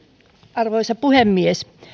arvoisa puhemies